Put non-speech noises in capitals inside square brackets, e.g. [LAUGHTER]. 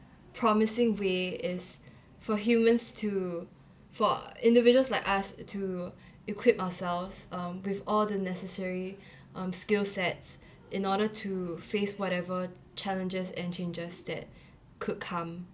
promising way is for humans to for individuals like us to equip ourselves um with all the necessary [BREATH] um skill sets in order to face whatever challenges and changes that could come